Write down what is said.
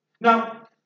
Now